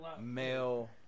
male